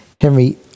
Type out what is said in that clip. Henry